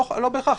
לא בהכרח.